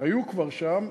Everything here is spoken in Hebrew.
היו כבר שם,